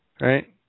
Right